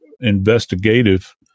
investigative